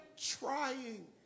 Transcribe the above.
trying